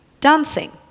dancing